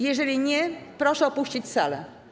Jeżeli nie, proszę opuścić salę.